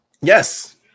Yes